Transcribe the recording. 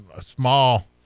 small